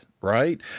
right